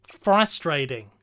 frustrating